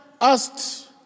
asked